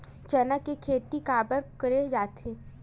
चना के खेती काबर करे जाथे?